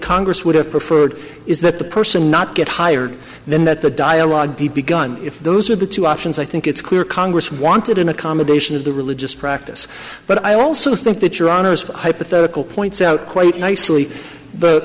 congress would have preferred is that the person not get hired then that the dialogue begun if those are the two options i think it's clear congress wanted an accommodation of the religious practice but i also think that your honour's hypothetical points out quite nicely but